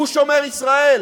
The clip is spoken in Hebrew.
הוא שומר ישראל,